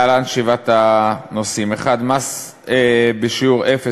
להלן שבעת הנושאים: 1. מס בשיעור אפס